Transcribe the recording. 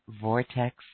vortex